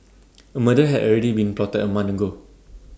A murder had already been plotted A month ago